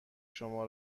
شما